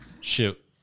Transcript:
shoot